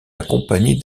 accompagnées